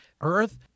Earth